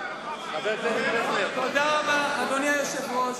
תודה רבה, אדוני היושב-ראש,